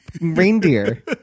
reindeer